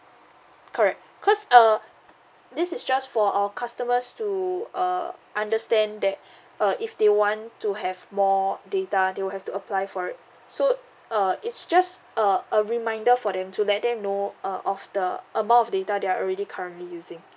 correct cause uh this is just for our customers to uh understand that uh if they want to have more data they'll have to apply for it so uh it's just a a reminder for them to let them know uh of the amount of data they are already currently using